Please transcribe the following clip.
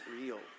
real